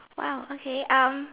!wow! okay um